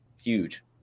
huge